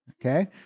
Okay